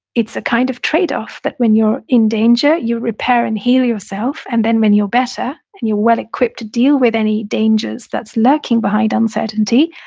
it's a kind of trade off that when you're in danger, you repair and heal yourself. and then when you're better and you're well equipped to deal with any dangers that's lurking behind uncertainty,